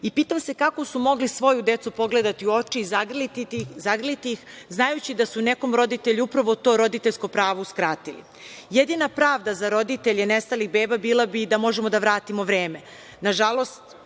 Pitam se, kako su mogli svoju decu pogledati u oči i zagrliti ih, znajući da su nekom roditelju upravo to roditeljsko pravo uskratili? Jedina pravda za roditelje nestalih beba bila bi da možemo da vratimo vreme.